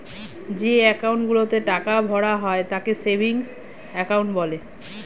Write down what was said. যে অ্যাকাউন্ট গুলোতে টাকা ভরা হয় তাকে সেভিংস অ্যাকাউন্ট বলে